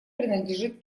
принадлежит